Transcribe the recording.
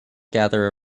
gather